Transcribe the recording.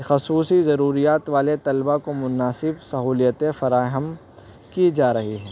خصوصی ضروریات والے طلبہ کو مناسب سہولتیں فراہم کی جا رہی ہیں